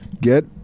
get